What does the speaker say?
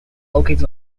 located